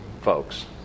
folks